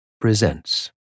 presents